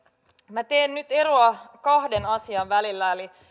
minä teen nyt eron kahden asian välillä